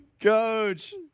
Coach